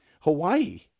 Hawaii